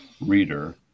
reader